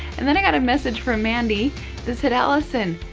and then i got a message from mandy that said alison,